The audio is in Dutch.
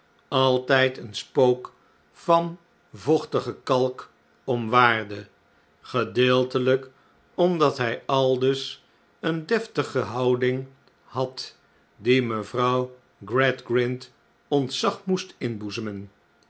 altijd een spook van vochtige kalk omwaarde gedeeltelijk omdat hij aldus een deftige houding had die mevrouw gradgrind ontzag moest inboezemen